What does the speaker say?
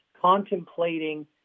contemplating